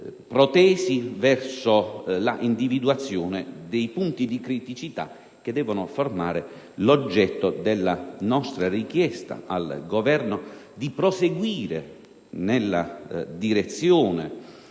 protesi verso l'individuazione dei punti di criticità che devono formare l'oggetto della nostra richiesta al Governo di proseguire nella direzione